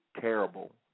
terrible